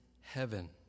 heaven